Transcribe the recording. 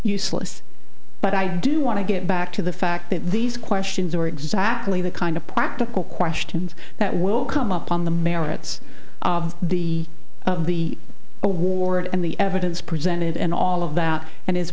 useless but i do want to get back to the fact that these questions are exactly the kind of practical questions that will come up on the merits of the the award and the evidence presented and all of the out and i